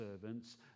servants